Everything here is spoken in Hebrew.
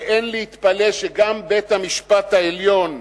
ואין להתפלא שגם בית-המשפט העליון,